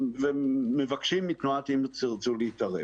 ומבקשים מתנועת "אם תרצו" להתערב.